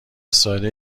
ساده